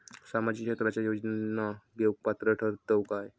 सामाजिक क्षेत्राच्या योजना घेवुक पात्र ठरतव काय?